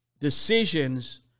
decisions